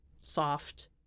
Soft